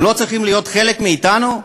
הם לא צריכים להיות חלק מאתנו?